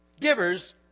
Givers